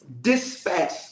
dispatch